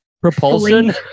Propulsion